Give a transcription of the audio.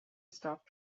stop